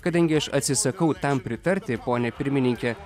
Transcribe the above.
kadangi aš atsisakau tam pritarti pone pirmininke